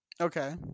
Okay